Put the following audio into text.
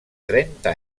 trenta